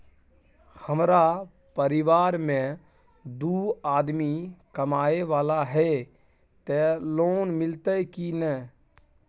हमरा परिवार में दू आदमी कमाए वाला हे ते लोन मिलते की ने?